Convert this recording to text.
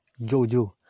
Jojo